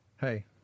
hey